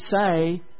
say